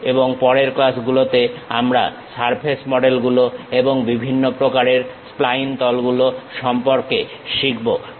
এবং পরের ক্লাসগুলোতে আমরা সারফেস মডেলগুলো এবং বিভিন্ন প্রকারের স্প্লাইন তলগুলো সম্পর্কে শিখবো